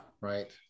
right